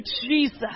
Jesus